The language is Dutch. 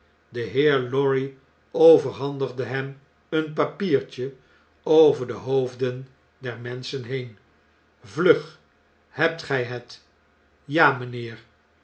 de heer lorry overhandigde hem een papiertje over de hoofden der menschen heen vlug hebt gjj het ja mpheer